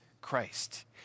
Christ